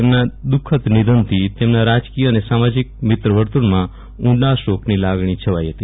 તેમના દુઃ ખદ નિધનથી તેમના રાજકીય સામાજીક મિત્ર વર્તુળમાં ઉંડા શોકની લાગણી છવાઈ હતી